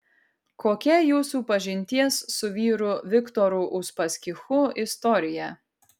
kokia jūsų pažinties su vyru viktoru uspaskichu istorija